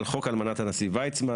על חוק אלמנת הנשיא ויצמן